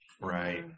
Right